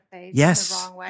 Yes